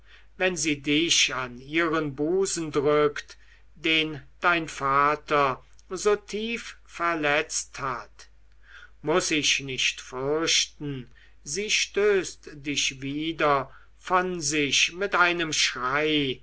wenn sie dich an ihren busen drückt den dein vater so tief verletzt hat muß ich nicht fürchten sie stößt dich wieder von sich mit einem schrei